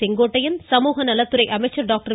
செங்கோட்டையன் சமூக நலத்துறை அமைச்சர் டாக்டர்